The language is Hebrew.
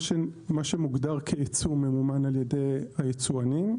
מה שמוגדר כייצוא ממומן על ידי היצואנים.